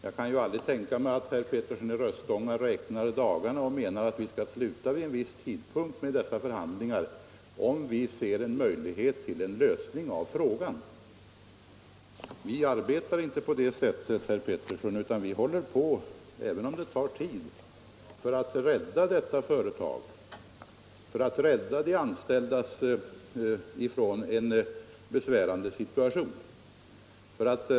Jag kan inte tänka mig att herr Petersson räknar dagarna och menar att vi skall sluta med förhandlingarna vid en viss tidpunkt, även om vi ser en möjlighet till lösning av problemen. Vi arbetar inte på det sättet, herr Petersson. Även om det tar tid håller vi ändå på för att om möjligt rädda ett svenskt charterflygföretag och klara de anställda ur en besvärande situation.